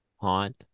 haunt